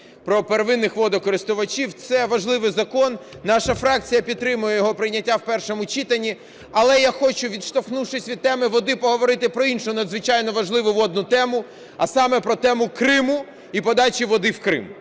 про первинних водокористувачів. Це важливий закон, наша фракція підтримує його прийняття в першому читанні. Але я хочу, відштовхнувшись від теми води, поговорити про іншу надзвичайно важливу водну тему, а саме: про тему Криму і подачі води в Крим.